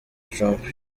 trump